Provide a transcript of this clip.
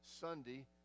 Sunday